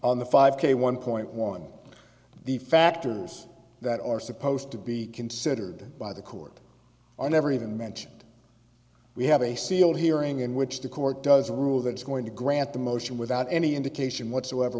on the five k one point one the factors that are supposed to be considered by the court are never even mentioned we have a sealed hearing in which the court does rule that it's going to grant the motion without any indication whatsoever